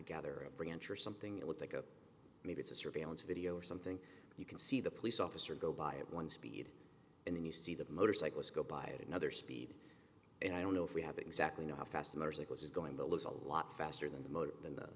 gather a branch or something it looks like a maybe it's a surveillance video or something you can see the police officer go by at one speed and then you see that motorcyclists go by it another speed and i don't know if we have exactly know how fast and as it was going to lose a lot faster than the motor